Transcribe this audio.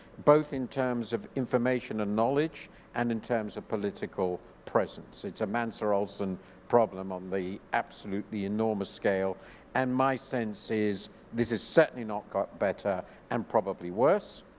both in terms of information information and knowledge and in terms of political presence. it's a mansor olson problem on the absolutely enormous scale and my sense is this is certainly not got better and probably worse.